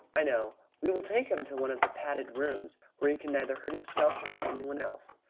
i know. we will take him to one of the padded rooms, where he can neither hurt himself nor anyone else.